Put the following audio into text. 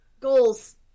Goals